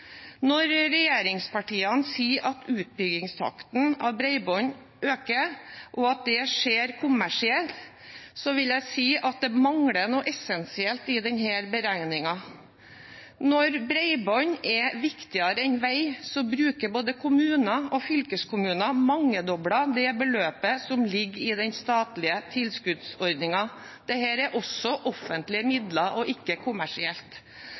Når regjeringspartiene sier at utbyggingstakten øker når det gjelder bredbånd, og at det skjer kommersielt, vil jeg si at det mangler noe essensielt i denne beregningen. Når bredbånd er viktigere enn vei, bruker både kommuner og fylkeskommuner mangedobbelt det beløpet som ligger i den statlige tilskuddsordningen. Dette er også offentlige midler og ikke kommersielt.